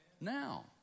now